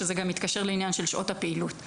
שזה גם מתקשר לעניין של שעות הפעילות.